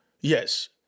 Yes